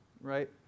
right